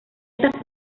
estas